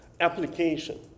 application